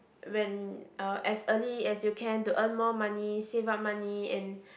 when uh as early as you can to earn more money save up money and